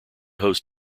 host